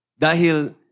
Dahil